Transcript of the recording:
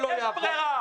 לא, יש ברירה.